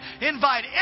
Invite